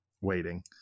waiting